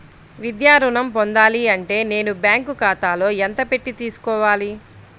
విద్యా ఋణం పొందాలి అంటే నేను బ్యాంకు ఖాతాలో ఎంత పెట్టి తీసుకోవాలి?